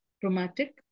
traumatic